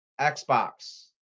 Xbox